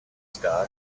sky